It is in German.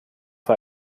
für